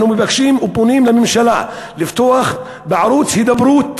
אנחנו מבקשים ופונים לממשלה לפתוח בערוץ הידברות